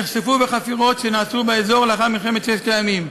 נחשפו בחפירות שנעשו באזור לאחר מלחמת ששת הימים.